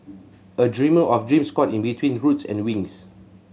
a dreamer of dreams caught in between roots and wings